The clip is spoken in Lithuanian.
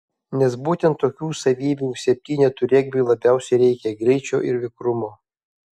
nes būtent tokių savybių septynetų regbiui labiausiai reikia greičio ir vikrumo